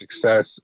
success